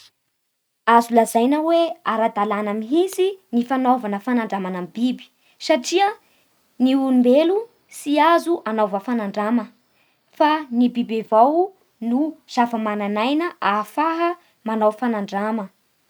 Azo lazaina hoe ara-dalana mihintsin ny fanaovana fanandramany amin'ny biby, satria ny olombelo tsy azo anaova fanandrama fa ny biby avao no zava-manan'aina ahafaha manao fanandrama